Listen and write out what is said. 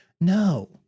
No